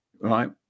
right